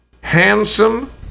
handsome